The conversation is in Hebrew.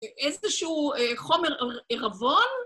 איזשהו חומר ערבון